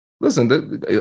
listen